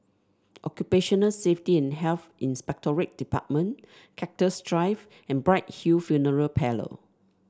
Occupational Safety and Health Inspectorate Department Cactus Drive and Bright Hill Funeral Parlour